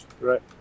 right